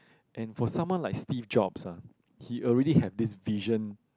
and for someone like Steve Jobs ah he already have this vision